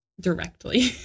directly